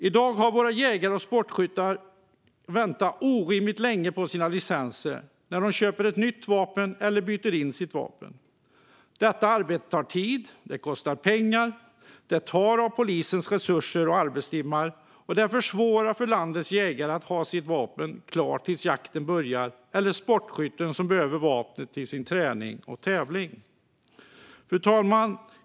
I dag får våra jägare och sportskyttar vänta orimligt länge på sina licenser när de köper ett nytt vapen eller byter in sitt vapen. Detta arbete tar tid, kostar pengar, tar av polisens resurser och arbetstimmar och försvårar för landets jägare och sportskyttar att ha sitt vapen klart tills jakten börjar eller till träning och tävling. Fru talman!